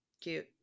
cute